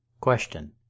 Question